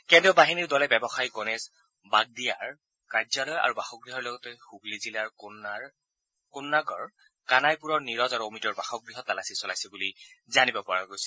কেন্দ্ৰীয় বাহিনীৰ দলে ব্যৱসায়ী গণেশ বাগড়িয়াৰ কাৰ্যালয় আৰু বাসগৃহৰ লগতে হুগলী জিলাৰ কোন্নাগড় কানাইপুৰৰ নিৰজ আৰু অমিতৰ বাসগৃহত তালাচী চলাইছে বুলি জানিব পৰা গৈছে